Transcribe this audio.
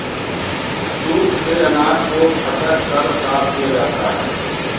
soup से अनाज को फटक कर साफ किया जाता है